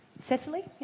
Cecily